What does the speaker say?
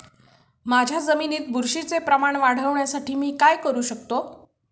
माझ्या जमिनीत बुरशीचे प्रमाण वाढवण्यासाठी मी काय करू शकतो?